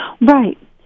Right